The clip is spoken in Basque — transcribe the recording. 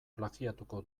plagiatuko